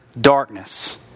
darkness